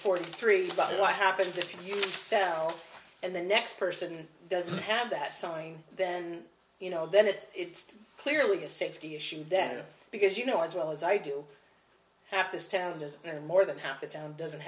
forty three but what happens if you sell and the next person doesn't have that sign then you know then it's clearly a safety issue then because you know as well as i do you have this town has more than half the town doesn't